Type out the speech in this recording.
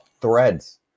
threads